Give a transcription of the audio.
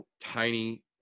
tiny